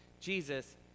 Jesus